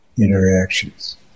interactions